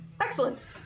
Excellent